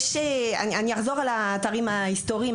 אני אחזור אל האתרים ההיסטוריים,